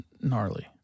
gnarly